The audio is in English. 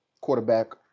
quarterback